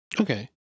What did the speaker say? Okay